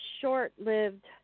short-lived